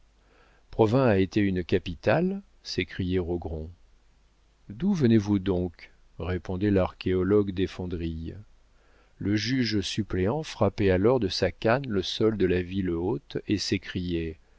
a été une capitale s'écriait rogron d'où venez-vous donc répondait l'archéologue desfondrilles le juge-suppléant frappait alors de sa canne le sol de la ville haute et s'écriait